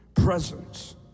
Presence